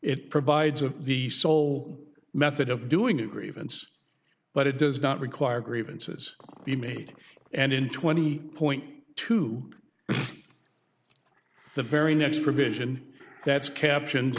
it provides of the sole method of doing a grievance but it does not require grievances be made and in twenty point too the very next provision that's caption